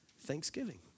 thanksgiving